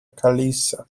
caliza